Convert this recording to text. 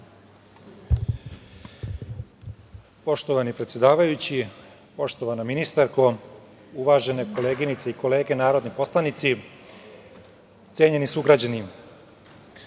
Poštovani predsedavajući, poštovana ministarko, uvažene koleginice i kolege narodni poslanici, cenjeni sugrađani,